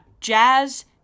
Jazz